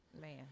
Man